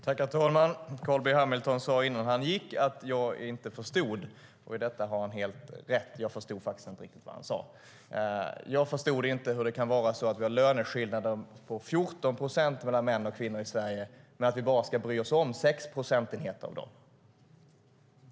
Herr talman! Carl B Hamilton sade innan han gick att jag inte förstod. I detta har han helt rätt. Jag förstod faktiskt inte riktigt vad han sade. Jag förstod inte hur det kan vara så att vi har löneskillnader på 14 procent mellan män och kvinnor i Sverige men att vi bara ska bry oss om 6 procentenheter av dem.